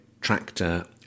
tractor